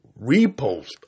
repost